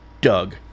Doug